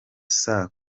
saa